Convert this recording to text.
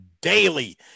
daily